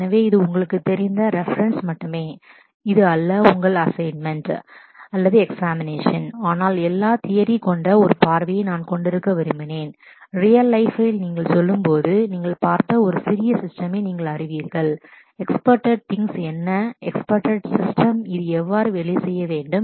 எனவே இது உங்களுக்குத் தெரிந்த ரிபெரென்ஸ் reference மட்டுமே இது அல்ல உங்கள் அசைன்மென்ட் assignment அல்லது எக்ஸாமினேஷன் examination ஆனால் எல்லா தியறி theory கொண்ட ஒரு பார்வையை நான் கொண்டிருக்க விரும்பினேன் ரியல் லைப்பில்real life நீங்கள் செல்லும்போது நீங்கள் பார்த்த ஒரு சிறிய சிஸ்டமை நீங்கள் அறிவீர்கள் எக்ஸ்க்பெக்டட் திங்ஸ் expected things என்ன எக்பெக்டட் சிஸ்டம் இது வேலை செய்ய வேண்டும்